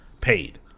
paid